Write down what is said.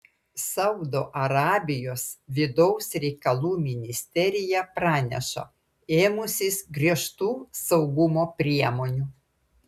saudo arabijos vidaus reikalų ministerija praneša ėmusis griežtų saugumo priemonių